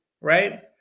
right